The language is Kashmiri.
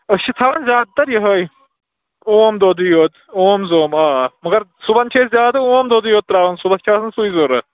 أسۍ چھِ تھاوان زیادٕتَر یِہوٚے اوم دۄدٕے یوت اوم زوم آ مگر صُبحَن چھِ أسۍ زیادٕ اوم دۄدٕے یوت ترٛاوان صُبحَس چھِ آسان سُے ضوٚرتھ